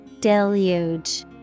Deluge